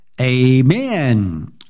Amen